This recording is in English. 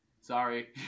sorry